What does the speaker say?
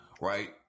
Right